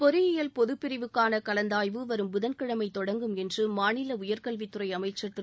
பொறியியல் பொதுப்பிரிவுக்கான கலந்தாய்வு வரும் புதன்கிழமை தொடங்கும் என்று மாநில உயர்கல்வித் துறை அமைச்சர் திரு